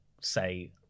say